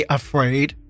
afraid